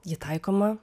ji taikoma